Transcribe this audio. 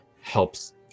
helps